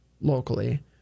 locally